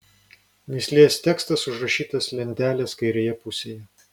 mįslės tekstas užrašytas lentelės kairėje pusėje